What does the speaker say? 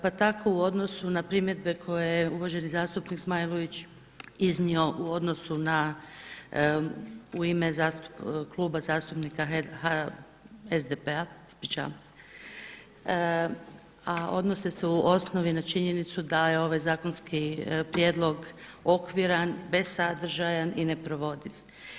Pa tako u odnosu na primjedbe koje je uvaženi zastupnik Zmajlović iznio u odnosu, u ime Kluba zastupnika SDP-a, a odnosi se u osnovi na činjenicu da je ovaj zakonski prijedlog okviran, bezsadržajan i neprovediv.